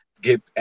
get